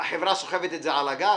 --- חברת הביטוח סוחבת את זה על הגב?